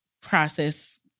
process